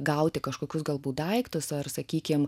gauti kažkokius galbūt daiktus ar sakykim